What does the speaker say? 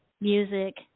music